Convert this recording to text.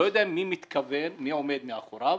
איני יודע מי עומד מאחוריו,